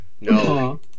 No